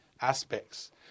aspects